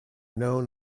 known